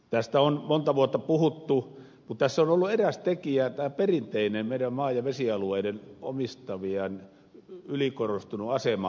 tästä on monta vuotta puhuttu mutta tässä on ollut eräs tekijä tämä meidän perinteinen maa ja vesialueita omistavien ylikorostunut asema